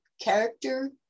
character